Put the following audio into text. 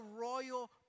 royal